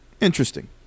interesting